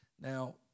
Now